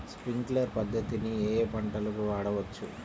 Sprinkler పద్ధతిని ఏ ఏ పంటలకు వాడవచ్చు?